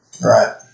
Right